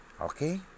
okay